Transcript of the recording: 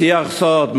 "שיח סוד",